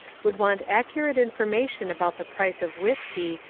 would want accurate information about the price of whiskey,